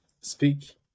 Speak